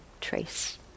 trace